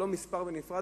הוא לא מספר בנפרד,